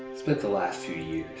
spent the last few years